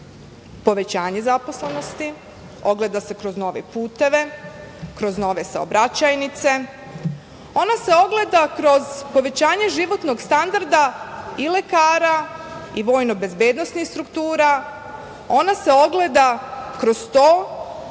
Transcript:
povećanje zaposlenosti, ogleda se kroz nove puteve, kroz nove saobraćajnice, ona se ogleda kroz povećanje životnog standarda i lekara i vojno-bezbednosnih struktura, ona se ogleda kroz to